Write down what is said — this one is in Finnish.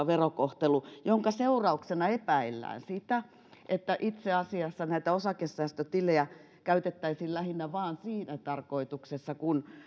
verokohtelu on minkä seurauksena epäillään sitä että itse asiassa näitä osakesäästötilejä käytettäisiin lähinnä vain siinä tarkoituksessa